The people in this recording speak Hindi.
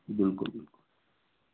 बिल्कुल बिल्कुल